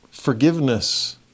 Forgiveness